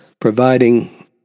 providing